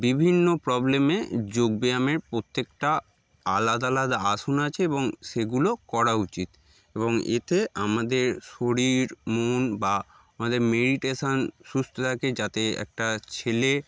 বিভিন্ন প্রবলেমে যোগব্যায়ামের প্রত্যেকটা আলাদা আলাদা আসন আছে এবং সেগুলো করা উচিত এবং এতে আমাদের শরীর মন বা আমাদের মেডিটেশন সুস্থ থাকে যাতে একটা ছেলে